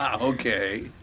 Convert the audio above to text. Okay